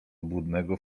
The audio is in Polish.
obłudnego